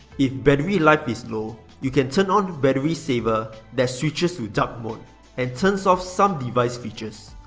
if battery life is low, you can turn on battery saver that switches to dark mode and turns off some device features.